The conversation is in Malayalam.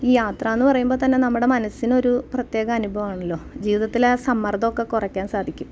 ഈ യാത്ര എന്ന് പറയുമ്പം തന്നെ നമ്മുടെ അനുഭവമാണല്ലോ ജീവിതത്തിൽ ആ സമ്മർദ്ദമൊക്കെ കുറക്കാൻ സാധിക്കും